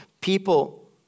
people